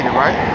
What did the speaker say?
right